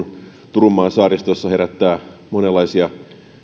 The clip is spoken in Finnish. turunmaan saaristossa herättää monenlaisia